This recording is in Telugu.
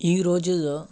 ఈ రోజుల్లో